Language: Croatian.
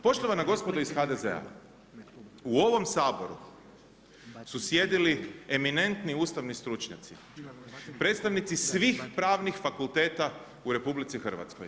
Poštovana gospodo iz HDZ-a u ovom Saboru su sjedili eminentni ustavni stručnjaci predstavnici svih pravnih fakulteta u RH.